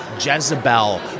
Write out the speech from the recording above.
Jezebel